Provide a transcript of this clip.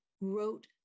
wrote